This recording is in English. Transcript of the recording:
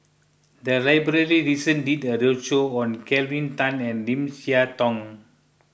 the library recently did a roadshow on Kelvin Tan and Lim Siah Tong